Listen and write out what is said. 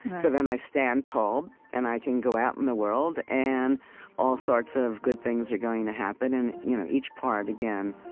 so then i stand tall, and i can go out in the world, and all sorts of good things are going to happen, and you know each part, again,